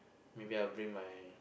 maybe I'll bring my